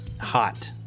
hot